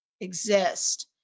exist